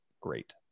great